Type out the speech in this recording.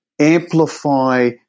amplify